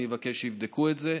אני אבקש שיבדקו את זה,